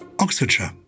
Oxfordshire